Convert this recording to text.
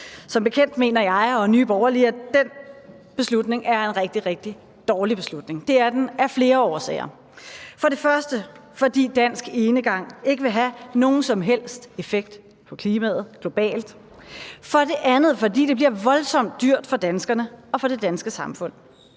Som bekendt mener jeg og Nye Borgerlige, at den beslutning er en rigtig, rigtig dårlig beslutning. Det er den af flere årsager: For det første fordi dansk enegang ikke vil have nogen som helst effekt på klimaet globalt; for det andet fordi det bliver voldsomt dyrt for danskerne og for det danske samfund.